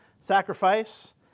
Sacrifice